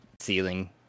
ceiling